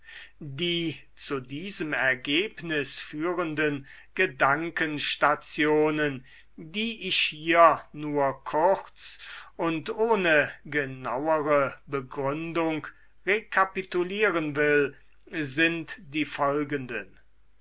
die zu diesem ergebnis führenden gedankenstationen die ich hier nur kurz und ohne genauere begründung rekapitulieren will sind die folgenden